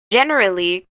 generally